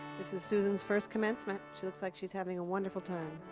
this is susan's first commencement. she looks like she's having a wonderful time.